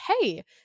hey